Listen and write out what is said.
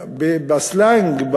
בסלנג,